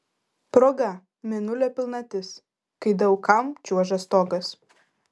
proga mėnulio pilnatis kai daug kam čiuožia stogas